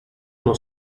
uno